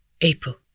April